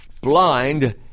blind